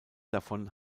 davon